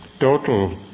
total